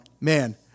Man